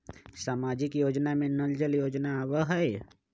सामाजिक योजना में नल जल योजना आवहई?